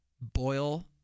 boil